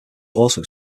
also